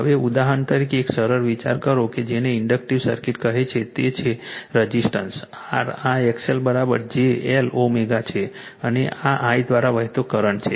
હવે ઉદાહરણ તરીકે એક સરળ વિચાર કરો કે જેને ઇન્ડક્ટિવ સર્કિટ કહે છે તે છે રઝિસ્ટન્સ R આ XL JL ω છે અને આ I દ્વારા વહેતો કરંટ છે